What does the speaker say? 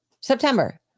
September